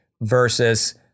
versus